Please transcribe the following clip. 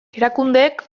erakundeek